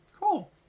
cool